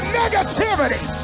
negativity